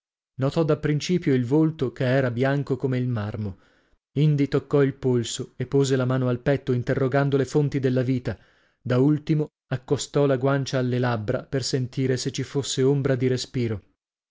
fanciulla notò da principio il volto che ora bianco come il marmo indi toccò il polso e pose la mano al petto interrogando le fonti della vita da ultimo accostò la guancia alle labbra per sentire se ci fosse ombra di respiro